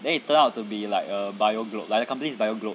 then it turned out to be like a bio-globe like company is bio-globe